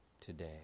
today